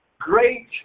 great